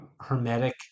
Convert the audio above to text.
hermetic